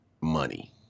money